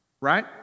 Right